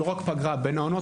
לא רק בין העונה.